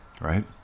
right